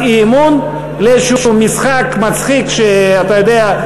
אי-אמון לאיזשהו משחק מצחיק שאתה יודע,